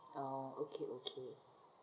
orh okay okay